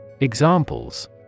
Examples